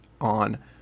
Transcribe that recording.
on